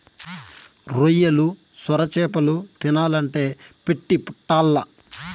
రొయ్యలు, సొరచేపలు తినాలంటే పెట్టి పుట్టాల్ల